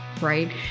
right